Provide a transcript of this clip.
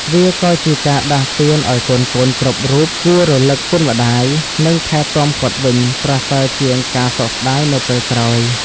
វាក៏ជាការដាស់តឿនឲ្យកូនៗគ្រប់រូបគួររលឹកគុណម្ដាយ និងថែទាំគាត់វិញ ប្រសើរជាងការសោកស្ដាយនៅពេលក្រោយ។